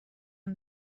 اون